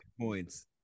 points